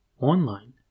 online